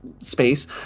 space